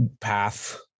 path